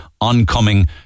oncoming